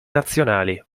nazionali